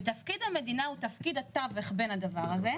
ותפקיד המדינה הוא התווך בין הדבר הזה,